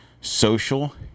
social